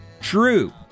true